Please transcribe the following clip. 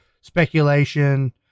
speculation